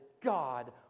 God